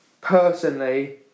personally